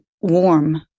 warm